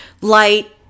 light